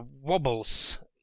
wobbles